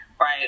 right